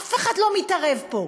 אף אחד לא מתערב פה.